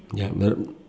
ya